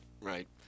Right